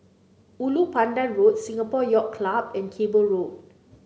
Ulu Pandan Road Singapore Yacht Club and Cable Road